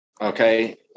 Okay